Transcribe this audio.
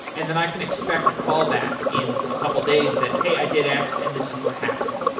and then i can expect a callback in a couple days that, hey, i did x and this is what happened.